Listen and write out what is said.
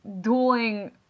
dueling